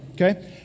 okay